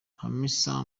hamisa